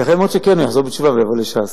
ייתכן מאוד שכן, הוא יחזור בתשובה ויבוא לש"ס.